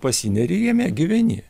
pasineri jame gyveni